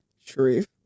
Sharif